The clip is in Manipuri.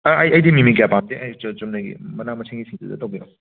ꯑꯥ ꯑꯩꯗꯤ ꯃꯤꯃꯤ ꯀꯌꯥ ꯄꯥꯝꯗꯦ ꯆꯨꯝꯅꯒꯤ ꯃꯅꯥ ꯃꯁꯤꯡꯒꯤ ꯁꯤꯡꯖꯨꯗꯣ ꯇꯧꯕꯤꯔꯣ